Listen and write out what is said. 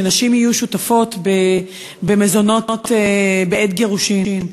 שנשים יהיו שותפות במזונות בעת גירושין.